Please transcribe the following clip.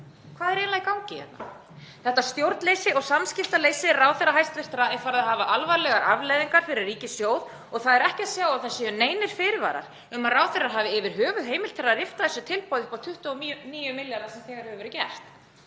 Hvað er eiginlega í gangi hérna? Þetta stjórnleysi og samskiptaleysi hæstv. ráðherra er farið að hafa alvarlegar afleiðingar fyrir ríkissjóð og það er ekki að sjá að það séu neinir fyrirvarar um að ráðherrar hafi yfir höfuð heimild til að rifta þessu tilboð upp á 29 milljarða sem þegar hefur verið gert.